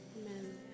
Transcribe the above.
Amen